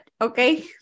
okay